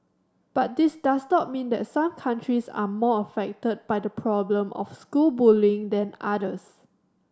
but this does not mean that some countries are more affected by the problem of school bullying than others